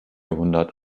hundert